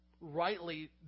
rightly